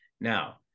Now